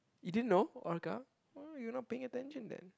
you didn't know orca oh you are not paying attention then